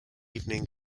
evening